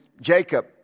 Jacob